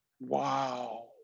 Wow